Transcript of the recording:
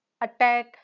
attack